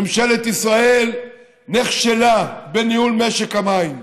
ממשלת ישראל נכשלה בניהול משק המים.